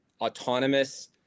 autonomous